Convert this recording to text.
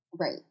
Right